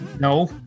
no